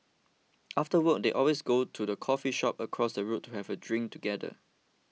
after work they always go to the coffee shop across the road to have a drink together